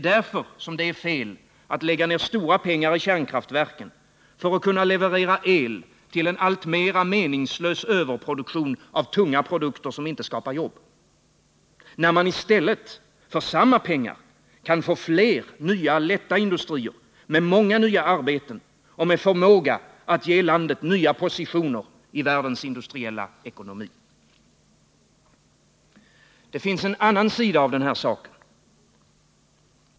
Därför är det fel att lägga ned stora pengar i kärnkraften för att kunna leverera el till en alltmer meningslös överproduktion av tunga produkter, som inte skapar jobb, när man i stället för samma pengar kan få fler nya lätta industrier med många nya arbeten och med förmåga att ge landet nya positioner i världens industriella ekonomi. Det finns en annan sida av saken.